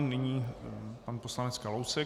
Nyní pan poslanec Kalousek.